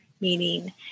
meaning